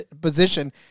position